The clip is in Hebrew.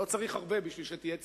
לא צריך הרבה בשביל שתהיה תסיסה.